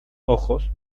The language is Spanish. ojos